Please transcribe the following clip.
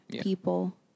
people